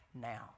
now